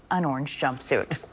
an orange jumpsuit